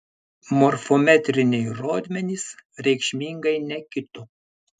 morfometriniai rodmenys reikšmingai nekito